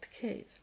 cave